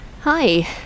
hi